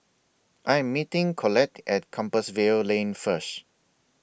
I Am meeting Collette At Compassvale Lane First